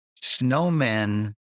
Snowmen